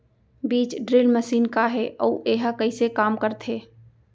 बीज drill machine का हे अऊ एहा कइसे काम करथे?